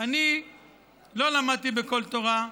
אני לא למדתי בקול תורה,